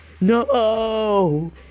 No